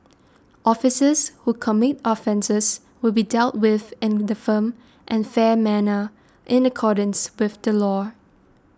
officers who commit offences will be dealt with in a firm and fair manner in accordance with the law